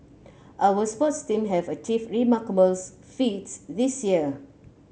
our sports teams have achieved remarkable feats this year